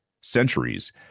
centuries